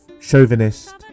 chauvinist